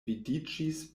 vidiĝis